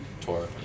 tour